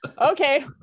okay